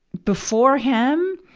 before him,